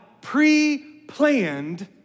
pre-planned